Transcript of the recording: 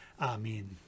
Amen